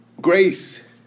Grace